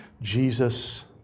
Jesus